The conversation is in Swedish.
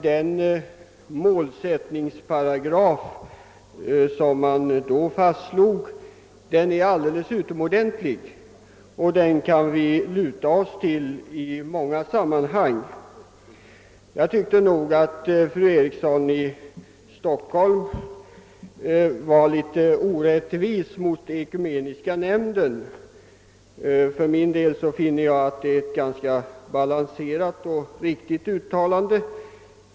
Den målsättning som då fastslogs är alldeles utomordentlig, och vi kan stödja oss på den i många sammanhang. Fru Eriksson i Stockholm var, tycker jag, litet orättvis mot Svenska ekumeniska nämnden; för min del finner jag dess uttalande ganska balanserat och riktigt.